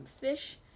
fish